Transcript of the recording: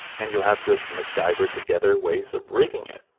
and you'll have to macgyver together ways of rigging it.